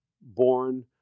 born